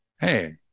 hey